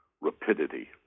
rapidity